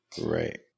Right